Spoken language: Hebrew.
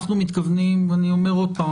אנחנו מתכוונים ואני אומר עוד פעם,